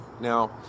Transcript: Now